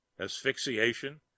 asphyxiation